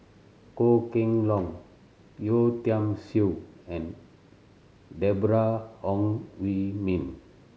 Goh Kheng Long Yeo Tiam Siew and Deborah Ong Hui Min